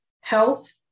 health